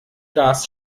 gas